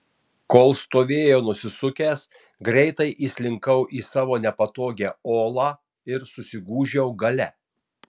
kol stovėjo nusisukęs greitai įslinkau į savo nepatogią olą ir susigūžiau gale